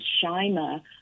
Shima